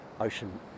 ocean